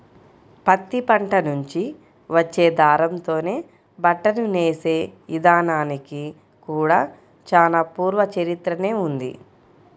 పత్తి పంట నుంచి వచ్చే దారంతోనే బట్టను నేసే ఇదానానికి కూడా చానా పూర్వ చరిత్రనే ఉంది